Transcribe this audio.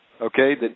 okay